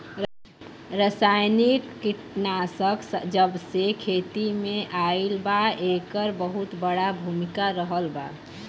रासायनिक कीटनाशक जबसे खेती में आईल बा येकर बहुत बड़ा भूमिका रहलबा